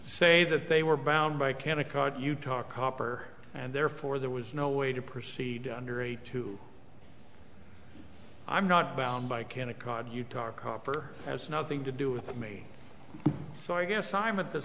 say that they were bound by can a cut utah copper and therefore there was no way to proceed under a two i'm not bound by can akad utah copper has nothing to do with me so i guess i'm at the